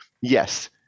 Yes